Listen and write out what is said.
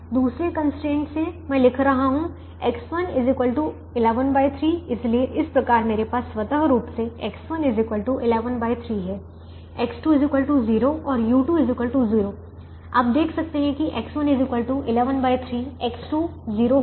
दूसरे कंस्ट्रेंट से मैं लिख रहा हूं X1 113 इसलिए इस प्रकार मेरे पास स्वतः रूप से X1 113 है X2 0 और u2 0 आप देख सकते हैं कि X1 113 X2 0 होगा u2 0 होगा